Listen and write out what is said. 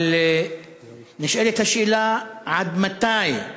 אבל נשאלת השאלה, עד מתי,